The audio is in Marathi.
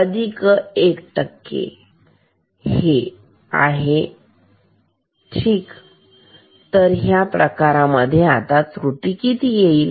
51 हे आहे ठीक तर ह्या प्रकारामध्ये किती त्रुटी येईल